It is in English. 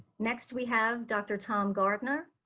next, we have dr. tom gardner,